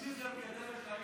זה דרך חיים שלנו.